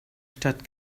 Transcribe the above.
stadt